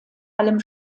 allem